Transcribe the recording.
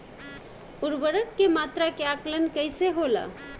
उर्वरक के मात्रा के आंकलन कईसे होला?